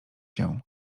się